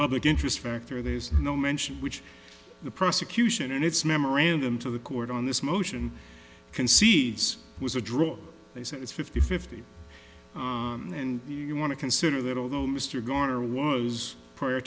public interest factor there is no mention which the prosecution in its memorandum to the court on this motion concedes was a drug they said it's fifty fifty and you want to consider that although mr garner was prior